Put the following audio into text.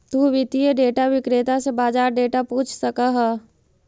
तु वित्तीय डेटा विक्रेता से बाजार डेटा पूछ सकऽ हऽ